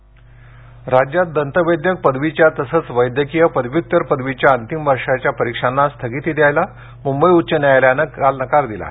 वैद्यकिय राज्यात दंतवैद्यक पदवीच्या तसंच वैद्यकीय पदव्युत्तर पदवीच्या अंतिम वर्षाच्या परीक्षांना स्थगिती द्यायला मुंबई उच्च न्यायालयानं नकार दिला आहे